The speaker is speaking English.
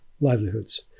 livelihoods